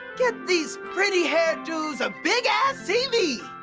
get these pretty-haired dudes a big ass tv!